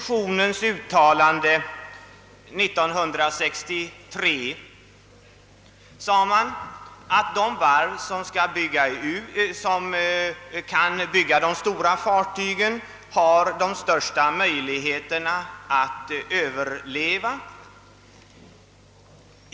I 1963 års proposition uttalades att de varv som kan bygga de stora fartygen har de största möjligheterna att överleva.